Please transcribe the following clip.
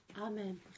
Amen